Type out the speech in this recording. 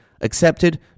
accepted